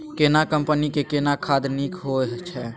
केना कंपनी के केना खाद नीक होय छै?